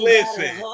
Listen